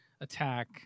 attack –